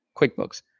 quickbooks